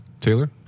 Taylor